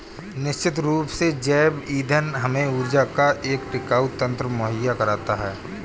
निश्चित रूप से जैव ईंधन हमें ऊर्जा का एक टिकाऊ तंत्र मुहैया कराता है